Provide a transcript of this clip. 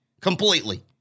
Completely